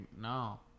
no